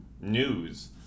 news